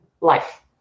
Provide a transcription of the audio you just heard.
life